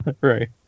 Right